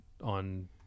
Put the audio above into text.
on